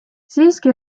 siiski